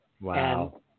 Wow